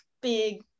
big